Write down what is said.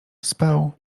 spał